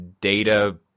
data